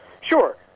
Sure